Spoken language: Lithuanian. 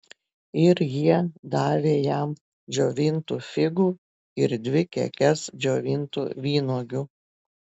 ir jie davė jam džiovintų figų ir dvi kekes džiovintų vynuogių